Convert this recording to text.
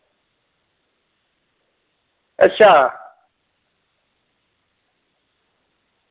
अच्छा